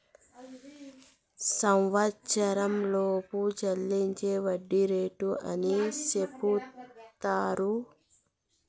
సంవచ్చరంలోపు చెల్లించే వడ్డీ రేటు అని సెపుతారు